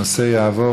הנושא יעבור